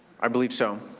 i believe so.